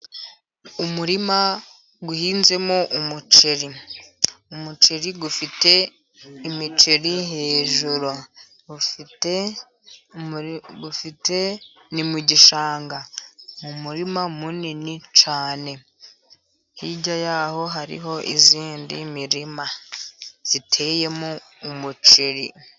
Umurima uhinzemo umuceri, umuceri ufite imiceri hejuru ufite ni mu gishanga mu muririma munini cyane hirya y'aho hariho iyindi mirima iteyemo umuceri.